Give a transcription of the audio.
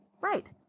Right